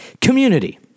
Community